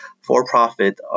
for-profit